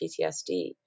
PTSD